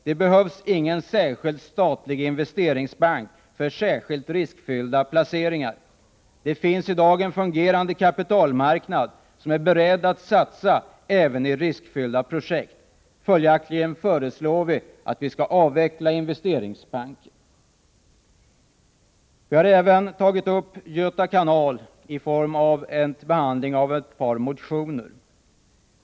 Det behövs ingen särskild statlig investeringsbank för särskilt riskfyllda placeringar. Det finns i dag en fungerande kapitalmarknad där man är beredd att satsa även i riskfyllda projekt, och följaktligen föreslår vi att Investeringsbanken skall avvecklas. Vi har även tagit upp Göta Kanalbolag vid behandlingen av ett par motioner.